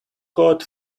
caught